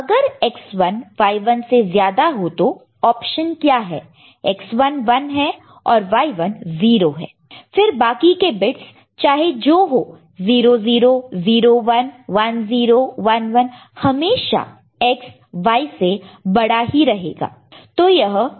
अगर X1 Y1 से ज्यादा हो तो ऑप्शन क्या है X1 1 है और Y1 0 है फिर बाकी के बिट्स चाहे जो हो 00 01 10 11 हमेशा X Y से बड़ा ही रहेगा